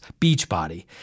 Beachbody